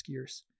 skiers